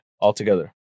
altogether